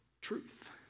truth